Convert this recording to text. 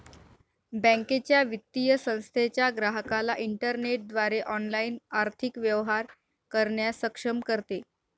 बँकेच्या, वित्तीय संस्थेच्या ग्राहकाला इंटरनेटद्वारे ऑनलाइन आर्थिक व्यवहार करण्यास सक्षम करते